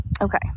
Okay